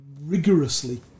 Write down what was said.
rigorously